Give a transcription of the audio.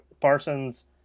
Parsons